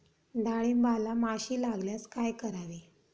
डाळींबाला माशी लागल्यास काय करावे?